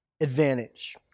advantage